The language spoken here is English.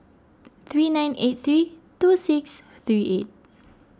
three nine eight three two six three eight